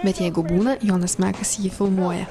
bet jeigu būna jonas mekas jį filmuoja